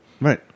Right